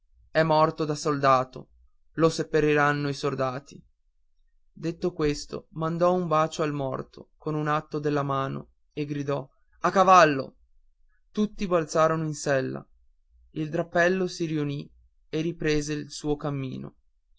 è morto da soldato lo seppelliranno i soldati detto questo mandò un bacio al morto con un atto della mano e gridò a cavallo tutti balzarono in sella il drappello si riunì e riprese il suo cammino